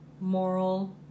moral